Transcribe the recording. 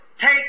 take